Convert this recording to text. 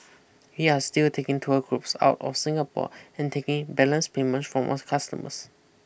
we are still taking tour groups out of Singapore and taking in balance payments from our customers